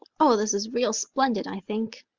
oh, this is real splendid, i think.